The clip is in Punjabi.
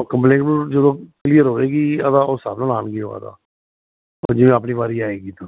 ਉਹ ਕੰਪਲੇਂਟ ਨੂੰ ਜਦੋਂ ਕਲੀਅਰ ਹੋਵੇਗੀ ਉਹਦਾ ਉਹ ਸਾਧਨ ਆਣਗੇ ਉਹਦਾ ਜਿਵੇਂ ਆਪਣੀ ਵਾਰੀ ਆਏਗੀ ਹੋਰ ਤਾਂ